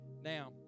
Now